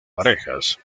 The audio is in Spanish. parejas